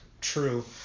true